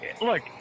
look